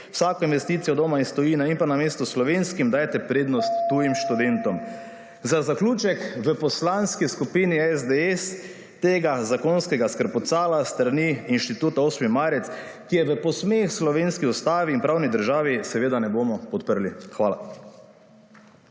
vsako investicijo / nerazumljivo/ in pa namesto slovenskim dajete prednost tujim študentom. Za zaključek v poslanski skupini SDS tega zakonskega skrpucalu s strani Inštituta 8. marec, ki je v posmeh slovenski Ustavi in pravni državi seveda ne bomo podprli. Hvala.